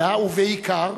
אלא, ובעיקר,